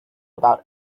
about